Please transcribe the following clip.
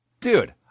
Dude